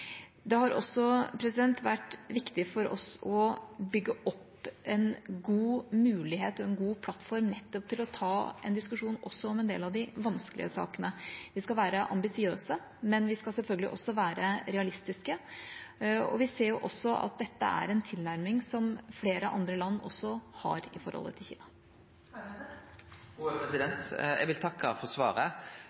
Det har også vært viktig for oss å bygge opp en god mulighet og en god plattform nettopp til å ta en diskusjon også om en del av de vanskelige sakene. Vi skal være ambisiøse, men vi skal selvfølgelig også være realistiske. Vi ser også at dette er en tilnærming som flere andre land har i forholdet til Kina. Eg vil takke for svaret.